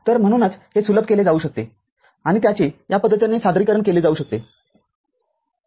तर म्हणूनच हे सुलभ केले जाऊ शकते किंवा त्याचे या पद्धतीने सादरीकरण केले जाऊ शकते